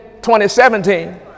2017